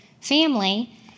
family